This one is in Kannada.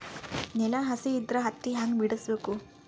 ನೆಲ ಹಸಿ ಇದ್ರ ಹತ್ತಿ ಹ್ಯಾಂಗ ಬಿಡಿಸಬೇಕು?